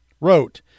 wrote